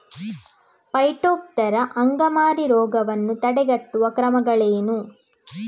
Phytophthora ಅಂಗಮಾರಿ ರೋಗವನ್ನು ತಡೆಗಟ್ಟುವ ಕ್ರಮಗಳೇನು?